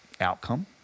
outcome